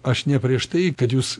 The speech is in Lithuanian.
aš ne prieš tai kad jūs